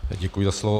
Děkuji za slovo.